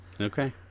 Okay